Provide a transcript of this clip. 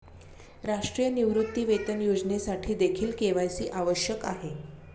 राष्ट्रीय निवृत्तीवेतन योजनेसाठीदेखील के.वाय.सी आवश्यक आहे